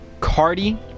Cardi